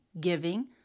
giving